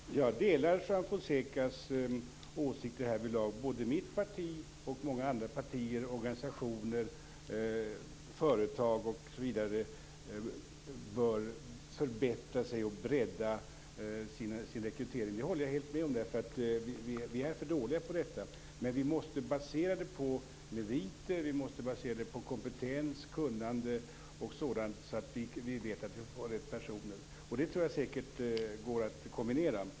Fru talman! Jag delar Juan Fonsecas åsikter härvidlag. Såväl mitt parti och många andra partier som exempelvis organisationer och företag bör förbättra sig och bredda sin rekrytering. Där håller jag helt med. Vi är för dåliga på det. Men vi måste basera det hela på meriter, kompetens, kunnande o.d. så att vi vet att vi får de rätta personerna. Det går säkert att kombinera.